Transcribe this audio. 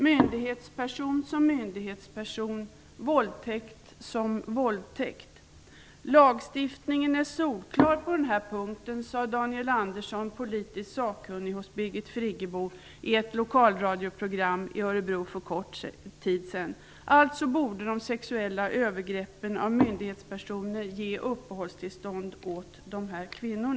Myndighetsperson som myndighetsperson, våldtäkt som våldtäkt, Lagstiftningen är solklar på den här punkten, sade Friggebo, i ett lokalradioprogram i Örebro för kort tid sedan. Alltså borde de sexuella övergreppen av myndighetspersoner ge uppehållstillstånd åt dessa kvinnor.